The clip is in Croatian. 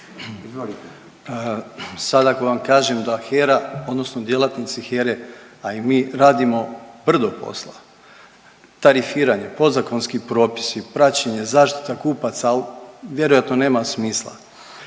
Nikola** Sad ako vam kažem da HERA odnosno djelatnici HERE, a i mi radimo brdo posla, tarifiranje, podzakonski propisi, praćenje, zaštita kupaca, al vjerojatno nema smisla.